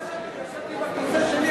ישבתי בכיסא שלי,